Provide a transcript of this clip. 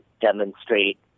demonstrate